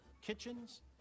kitchens